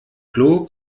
klo